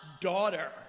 daughter